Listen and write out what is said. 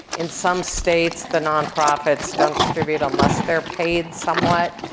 in some states, the nonprofits don't distribute unless they're paid somewhat,